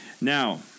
Now